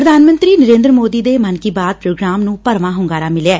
ਪ੍ਰਧਾਨ ਮੰਤਰੀ ਨਰਿੰਦਰ ਸੋਦੀ ਦੇ ਮਨ ਕੀ ਬਾਤ ਪ੍ਰੋਗਰਾਮ ਨੂੰ ਭਰਵਾਂ ਹੁੰਗਾਰਾ ਮਿਲਿਐ